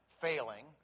failing